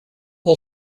all